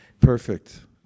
Perfect